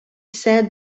said